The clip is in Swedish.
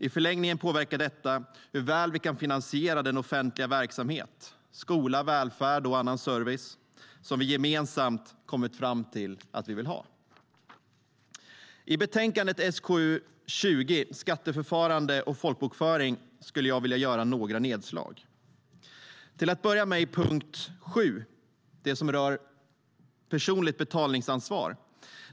I förlängningen påverkar detta hur väl vi kan finansiera den offentliga verksamhet - skola, välfärd och annan service - som vi gemensamt kommit fram till att vi vill ha. Jag vill göra några nedslag i betänkandet SkU20 Skatteförfarande och folkbokföring , till att börja med i punkt 7 som rör personligt betalningsansvar.